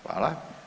Hvala.